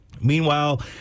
Meanwhile